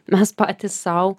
mes patys sau